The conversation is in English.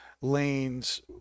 Lane's